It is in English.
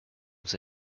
was